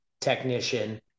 technician